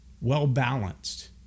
well-balanced